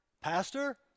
Pastor